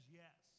yes